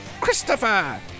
Christopher